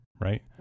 right